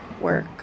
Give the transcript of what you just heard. work